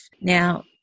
Now